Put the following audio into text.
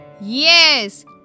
Yes